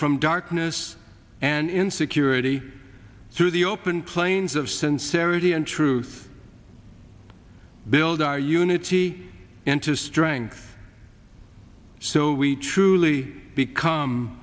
from darkness and insecurity through the open plains of sincerity and truth build our unity into strength so we truly become